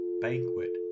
banquet